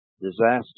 disaster